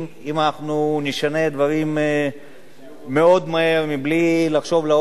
אם אנחנו נשנה דברים מאוד מהר בלי לחשוב לעומק.